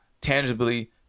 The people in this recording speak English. tangibly